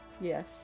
yes